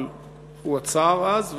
אבל הוא עצר אז,